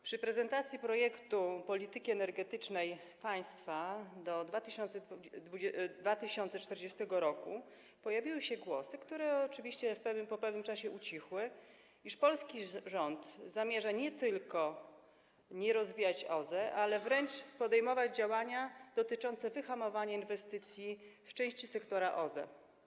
Podczas prezentacji projektu polityki energetycznej państwa do 2040 r. pojawiły się głosy, które oczywiście po pewnym czasie ucichły, iż polski rząd zamierza nie tylko nie rozwijać OZE, ale wręcz podejmować działania dotyczące wyhamowania inwestycji w części sektora OZE.